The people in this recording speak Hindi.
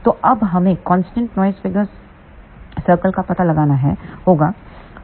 तो अब हमें कांस्टेंट नॉइस फिगर सर्कल का पता लगाना होगा